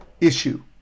Issue